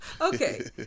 Okay